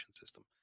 system